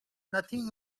nothing